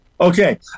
Okay